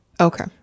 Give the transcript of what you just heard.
Okay